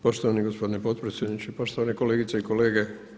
Poštovani gospodine potpredsjedniče, poštovane kolegice i kolege.